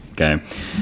Okay